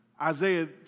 Isaiah